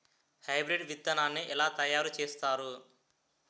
Hybrid విత్తనాన్ని ఏలా తయారు చేస్తారు?